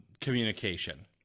communication